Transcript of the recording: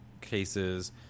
cases